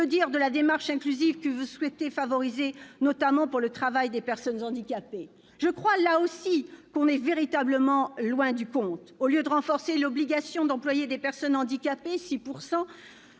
dire de la démarche inclusive que vous souhaitez favoriser, notamment pour le travail des personnes handicapées ? Je crois que, là aussi, on est véritablement loin du compte. Au lieu de renforcer l'obligation d'employer des personnes handicapées à